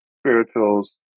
spirituals